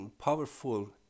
powerful